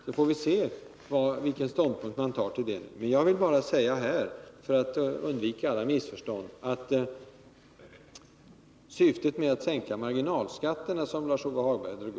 Då får vi se vilken ståndpunkt riksdagen tar till den. Eftersom Lars-Ove Hagberg drog upp frågan om marginalskattesänkningen vill jag för att undvika alla missförstånd säga följande.